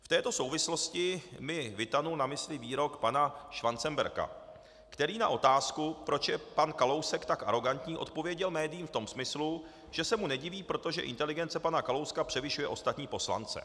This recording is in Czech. V této souvislosti mi vytanul na mysli výrok pana Schwanzenberga, který na otázku, proč je pan Kalousek tak arogantní, odpověděl médiím v tom smyslu, že se mu nediví, protože inteligence pana Kalouska převyšuje ostatní poslance.